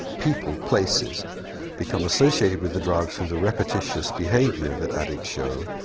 people, places become associated with the drugs through the repetitious behaviour that addicts show.